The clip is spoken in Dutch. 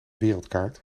wereldkaart